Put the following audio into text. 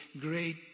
great